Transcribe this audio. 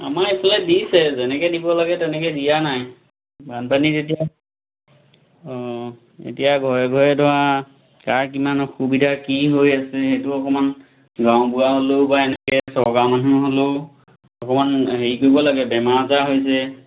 আমাৰ এইফালে দিছে যেনেকৈ দিব লাগে তেনেকৈ দিয়া নাই বানপানী যেতিয়া অঁ এতিয়া ঘৰে ঘৰেতো আৰু কাৰ কিমান সুবিধা কি হৈ আছে সেইটো অকণমান গাওঁবুঢ়া হ'লেও বা এনেকৈ চৰকাৰ মানুহ হ'লেও অকণমান হেৰি কৰিব লাগে বেমাৰ আজাৰ হৈছে